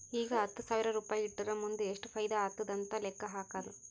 ಈಗ ಹತ್ತ್ ಸಾವಿರ್ ರುಪಾಯಿ ಇಟ್ಟುರ್ ಮುಂದ್ ಎಷ್ಟ ಫೈದಾ ಆತ್ತುದ್ ಅಂತ್ ಲೆಕ್ಕಾ ಹಾಕ್ಕಾದ್